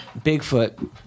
Bigfoot